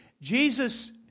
Jesus